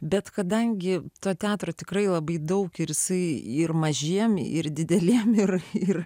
bet kadangi to teatro tikrai labai daug ir jisai ir mažiem ir dideliem ir ir